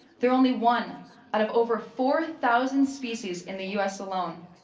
they're only one out of over four thousand species in the u s. alone.